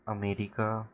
America